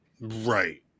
Right